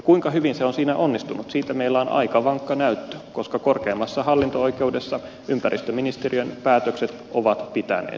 kuinka hyvin se on siinä onnistunut siitä meillä on aika vankka näyttö koska korkeimmassa hallinto oikeudessa ympäristöministeriön päätökset ovat pitäneet